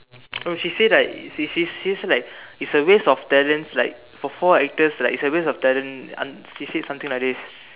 no she said like she she say like it's a waste of talents like for four actress like is a waste of talent un~ she said something like this